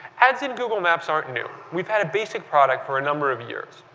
ads in google maps aren't new. we've had a basic product for a number of years.